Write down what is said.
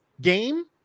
game